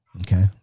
okay